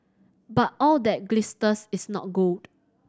but all that glisters is not gold